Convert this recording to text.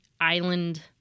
island-